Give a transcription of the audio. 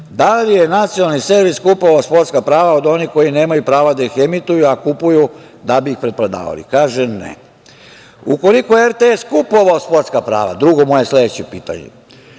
li je nacionalni servis kupovao sportska prava od onih koji nemaju prava da ih emituju, a kupuju da bi ih preprodavali? Kaže ne. Ukoliko je RTS kupovao sportska prava, drugo moje sledeće pitanje,